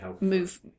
move